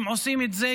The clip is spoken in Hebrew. הם עושים את זה,